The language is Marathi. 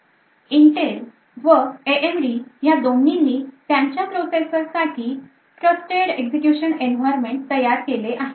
Intel व AMD ह्या दोन्हीनी त्यांच्या processor साठी Trusted Execution Environment तयार केले आहे